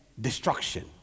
destruction